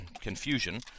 confusion